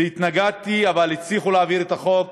התנגדתי, אבל הצליחו להעביר את החוק,